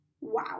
wow